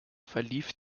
verlief